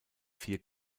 vier